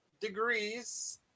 degrees